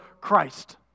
Christ